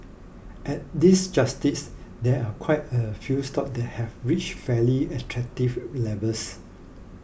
at this justice there are quite a few stocks that have reached fairly attractive levels